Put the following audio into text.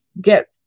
get